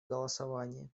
голосовании